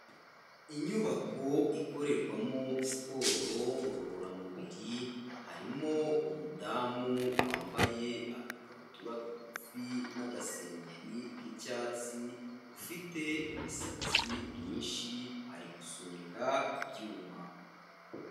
Inyubako ikorerwamo siporo ngororamubiri, harimo umudamu wambaye agakabutura kagufi n'agasengeri k'icyatsi, ufite imisatsi myinshi ari gusunika ibyuma.